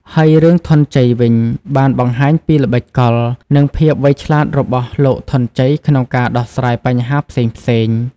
ហើយរឿង ធនញ្ជ័យវិញ បានបង្ហាញពីល្បិចកល និងភាពវៃឆ្លាតរបស់លោកធនញ្ជ័យក្នុងការដោះស្រាយបញ្ហាផ្សេងៗ។